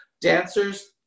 dancers